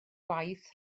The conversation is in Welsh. gwaith